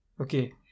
Okay